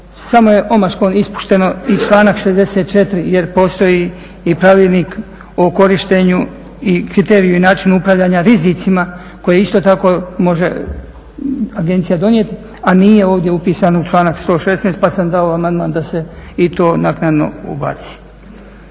samo je omaškom ispušteno i članak 64.jer postoji i pravilnik o korištenju i kriteriju i načinu upravljanja rizicima koji isto tako agencija može donijeti, a nije ovdje upisan u članak 116.pa sam dao amandman da se i to naknadno ubaci.